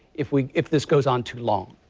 if we if this goes on too long.